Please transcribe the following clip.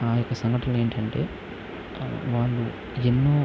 ఆ యొక్క సంఘటన ఏమిటి అంటే వాళ్ళు ఎన్నో